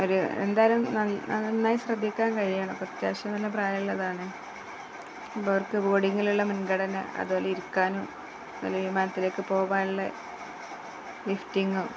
ഒരു എന്തായാലും നന്നായി ശ്രദ്ധിക്കാൻ കഴിയണം അപ്പോള് അത്യാവശ്യം നല്ല പ്രായമുള്ളതാണ് ഇപ്പോഴവർക്ക് ബോഡിങ്ങിലുള്ള മുൻഗണന അതുപോലെ ഇരിക്കാനും വിമാനത്തിലേക്കു പോവാനുള്ള ലിഫ്റ്റിങ്ങും